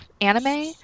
anime